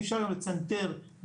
אי אפשר היום לצנתר בנאדם,